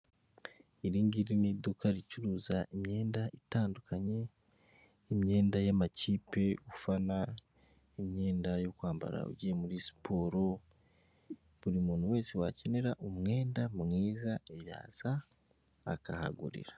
Iri ngiri ni iduka ricuruza imyenda itandukanye, imyenda y'amakipe ufana n'imyenda yo kwambara ugiye muri siporo buri muntu wese wakenera umwenda mwiza yaza akahagurira.